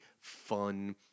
fun